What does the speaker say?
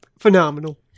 phenomenal